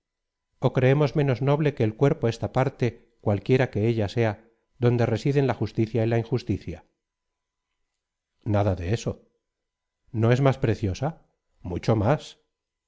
creemos menos noble que el cuerpo esta parte cualquiera que ella sea donde residen la justicia y la injusticia nada de eso no es más preciosa mucho más